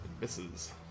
Misses